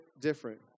different